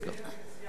נסים